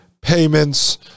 payments